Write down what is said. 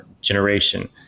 generation